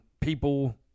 people